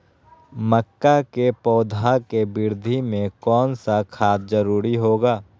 मक्का के पौधा के वृद्धि में कौन सा खाद जरूरी होगा?